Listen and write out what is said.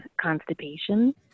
constipation